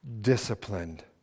disciplined